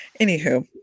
Anywho